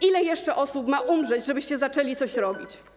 Ile jeszcze osób ma umrzeć, żebyście zaczęli coś robić?